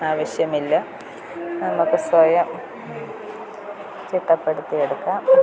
ആവശ്യമില്ല നമുക്കു സ്വയം ചിട്ടപ്പെടുത്തിയെടുക്കാം